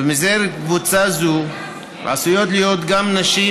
ובמסגרת קבוצה זו עשויות להיות גם נשים